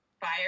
fire